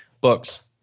Books